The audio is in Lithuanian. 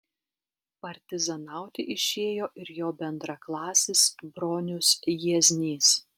partizanauti išėjo ir jo bendraklasis bronius jieznys